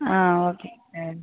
ஆ ஓகேங்க சார்